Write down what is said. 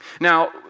Now